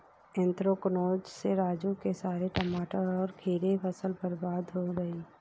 anthracnose से राजू के सारे टमाटर और खीरे की फसल बर्बाद हो गई